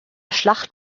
schlacht